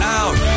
out